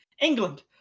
England